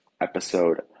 episode